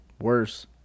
worse